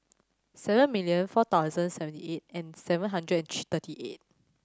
seven million four thousand seventy eight and seven hundred thirty eight